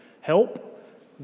Help